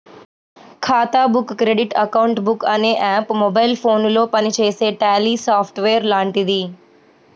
ఖాతా book credit account book అనే app mobile ఫోనులో పనిచేసే ట్యాలీ సాఫ్ట్ వేర్ లాంటిది